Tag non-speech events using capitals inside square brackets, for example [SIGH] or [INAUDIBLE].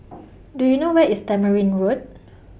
[NOISE] Do YOU know Where IS Tamarind Road